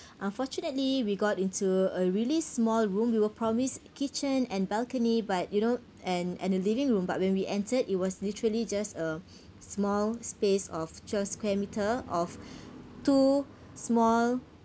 unfortunately we got into a really small room we were promised kitchen and balcony but you know and and a living room but when we enter it was literally just a small space of twelve square meter of two small